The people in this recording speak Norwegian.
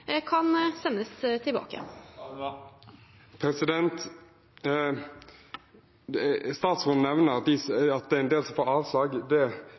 sendes tilbake. Statsråden nevner at det er en del som får avslag.